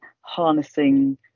harnessing